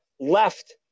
left